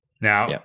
Now